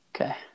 Okay